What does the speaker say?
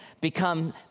become